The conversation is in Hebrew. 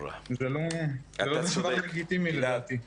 זה לא דבר לגיטימי לדעתי.